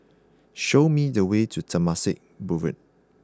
show me the way to Temasek Boulevard